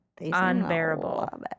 unbearable